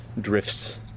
drifts